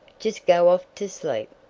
jest go off to sleep,